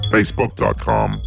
Facebook.com